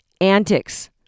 antics